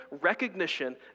recognition